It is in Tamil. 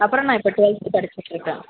அப்புறம் நான் இப்போ ட்வெல்த் படிச்சுட்ருக்கேன்